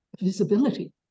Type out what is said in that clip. visibility